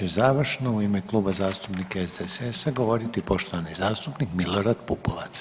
Sada će završno u ime Kluba zastupnika SDSS-a govoriti poštovani zastupnik Milorad Pupovac.